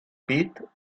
pit